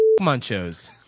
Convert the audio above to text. Munchos